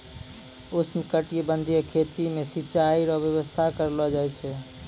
उष्णकटिबंधीय खेती मे सिचाई रो व्यवस्था करलो जाय छै